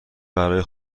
برای